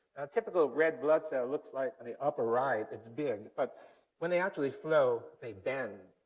a typical red blood cell looks like on the upper right. it's big, but when they actually flow, they bend.